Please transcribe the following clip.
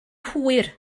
hwyr